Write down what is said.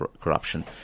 corruption